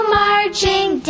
marching